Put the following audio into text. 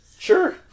Sure